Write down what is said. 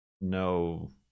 no